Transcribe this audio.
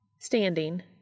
Standing